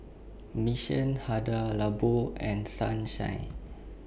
Mission Hada Labo and Sunshine